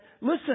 listen